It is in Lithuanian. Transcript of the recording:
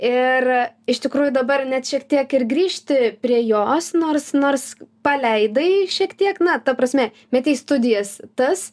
ir iš tikrųjų dabar net šiek tiek ir grįžti prie jos nors nors paleidai šiek tiek na ta prasme metei studijas tas